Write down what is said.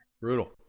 Brutal